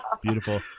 beautiful